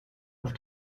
auf